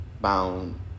Bound